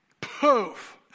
poof